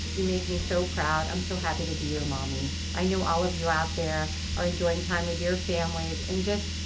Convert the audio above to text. you make me so proud. i'm so happy to be your mommy. i know all of you out there are enjoying time with your families and just,